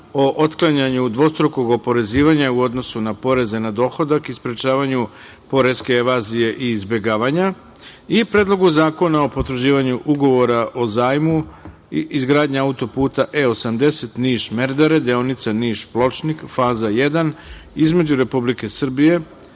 o otklanjanju dvostrukog oporezivanja u odnosu na porezu na dohodak i sprečavanju poreske evazije i izbegavanja i Predlogu zakona o potvrđivanju Ugovora o zajmu i izgradnji autoputa E80 Niš – Merdare, deonica Niš – Pločnik, faza 1, između Republike Srbije